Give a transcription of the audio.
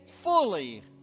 fully